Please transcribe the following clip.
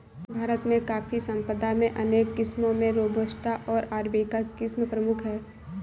भारत में कॉफ़ी संपदा में अनेक किस्मो में रोबस्टा ओर अरेबिका किस्म प्रमुख है